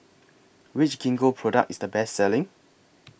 Which Gingko Product IS The Best Selling